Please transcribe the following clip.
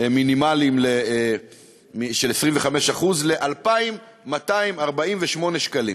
מינימליים של 25% ל-2,248 שקלים.